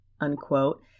unquote